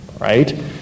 right